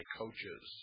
coaches